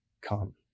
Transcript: come